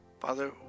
Father